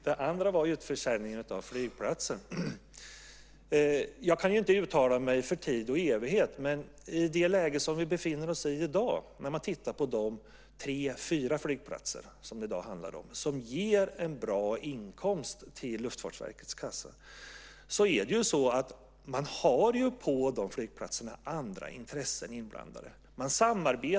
Det andra gällde utförsäljning av flygplatser. Jag kan inte uttala mig för tid och evighet, men i det läge vi befinner oss i i dag, med de tre fyra flygplatser det handlar om och som ger en bra inkomst till Luftfartsverkets kassa, finns det på de flygplatserna andra intressen inblandade.